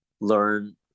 learn